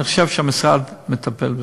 אני חושב שהמשרד מטפל בזה.